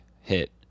hit